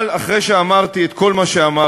אבל אחרי שאמרתי את כל מה שאמרתי,